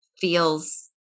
feels